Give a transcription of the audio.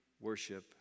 worship